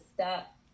stop